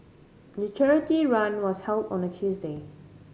the charity run was held on a Tuesday